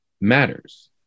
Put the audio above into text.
matters